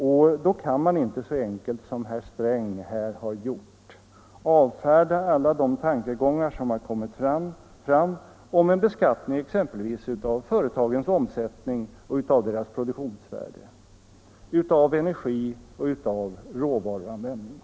Det går då inte att så enkelt som herr Sträng har gjort avfärda alla de tankegångar som kommit fram om beskattning exempelvis av företagens omsättning och deras produktionsvärde, av energi och råvaruanvändning.